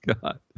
God